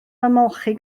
ymolchi